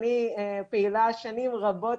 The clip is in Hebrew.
ואני פעילה שנים רבות,